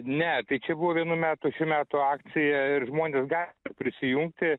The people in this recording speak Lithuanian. ne tai čia buvo vienų metų šių metų akcija ir žmonės ga prisijungti